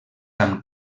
amb